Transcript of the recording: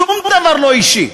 שום דבר לא אישי,